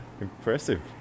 impressive